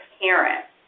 parents